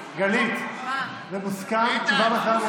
גלית, זה מוסכם, במועד אחר?